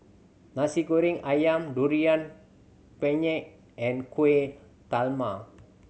Nasi Goreng Ayam Durian Pengat and Kuih Talam